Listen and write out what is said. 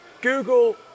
Google